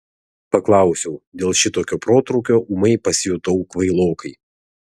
paklausiau dėl šitokio protrūkio ūmai pasijutau kvailokai